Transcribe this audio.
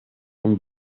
und